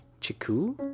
Chiku